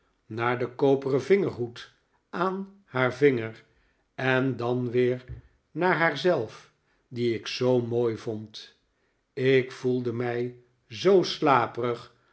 naar den koperen vingerhoed aan haar vinger en dan weer naar haar zelf die ik zoo mooi vond ik voelde mij zoo slaperig